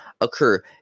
occur